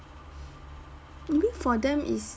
maybe for them is